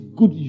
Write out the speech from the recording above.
good